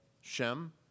Shem